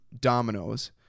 dominoes